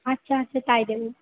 আচ্ছা আচ্ছা তাই দেব